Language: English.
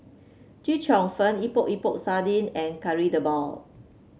Chee Cheong Fun Epok Epok Sardin and Kari Debal